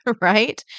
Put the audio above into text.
right